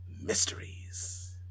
mysteries